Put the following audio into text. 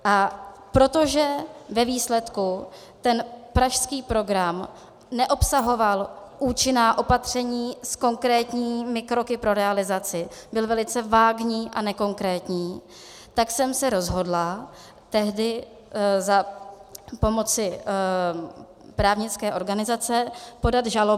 A protože ve výsledku ten pražský program neobsahoval účinná opatření s konkrétními kroky pro realizaci, byl velice vágní a nekonkrétní, tak jsem se rozhodla tehdy za pomoci právnické organizace podat žalobu.